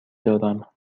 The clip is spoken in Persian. دارم